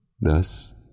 Thus